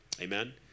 Amen